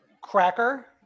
Cracker